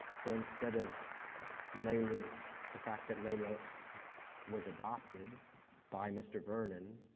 so, instead of leila's the fact that leila was adopted by mr. vernon